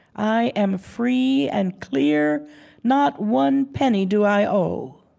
i am free and clear not one penny do i owe.